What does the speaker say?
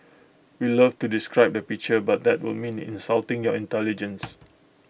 we'd love to describe the picture but that would mean insulting your intelligence